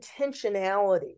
intentionality